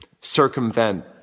circumvent